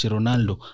Ronaldo